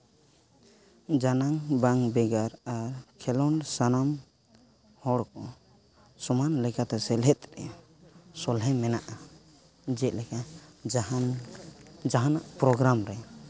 ᱡᱟᱱᱟᱝ ᱵᱟᱝ ᱵᱷᱮᱜᱟᱨ ᱟᱨ ᱠᱷᱮᱹᱞᱳᱰ ᱥᱟᱱᱟᱢ ᱦᱚᱲ ᱠᱚ ᱥᱚᱢᱟᱱ ᱞᱮᱠᱟᱛᱮ ᱥᱮᱞᱮᱫ ᱨᱮ ᱥᱚᱞᱦᱮ ᱢᱮᱱᱟᱜᱼᱟ ᱡᱮᱞᱮᱠᱟ ᱡᱟᱦᱟᱱ ᱡᱟᱦᱟᱱᱟᱜ ᱯᱨᱳᱜᱨᱟᱢ ᱨᱮ